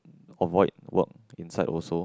avoid work inside also